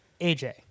AJ